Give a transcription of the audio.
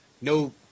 no